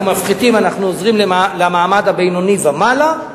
מפחיתים אנחנו עוזרים למעמד הבינוני ומעלה,